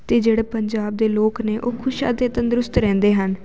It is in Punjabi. ਅਤੇ ਜਿਹੜਾ ਪੰਜਾਬ ਦੇ ਲੋਕ ਨੇ ਉਹ ਖੁਸ਼ ਅਤੇ ਤੰਦਰੁਸਤ ਰਹਿੰਦੇ ਹਨ